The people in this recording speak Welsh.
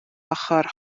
ochr